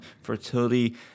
fertility